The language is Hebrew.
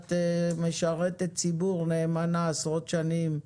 את משרתת ציבור נאמנה עשרות שנים.